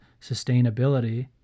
sustainability